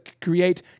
create